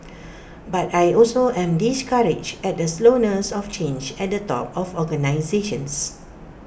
but I also am discouraged at the slowness of change at the top of organisations